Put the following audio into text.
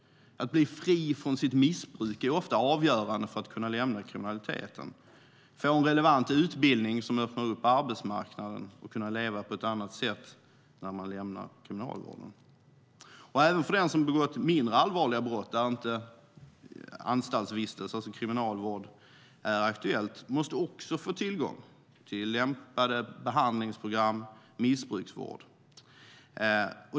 Att bli fri från sitt missbruk är ofta avgörande för en att kunna lämna kriminaliteten, liksom att få en relevant utbildning som öppnar arbetsmarknaden och möjligheter för att leva på ett annat sätt när man lämnar kriminalvården. Även för den som har begått mindre allvarliga brott där anstaltsvistelse, alltså kriminalvård, inte är aktuell, måste få tillgång till lämpade behandlingsprogram och missbruksvård.